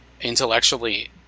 intellectually